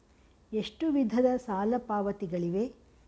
ಎಷ್ಟು ವಿಧದ ಸಾಲ ಪಾವತಿಗಳಿವೆ?